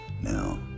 Now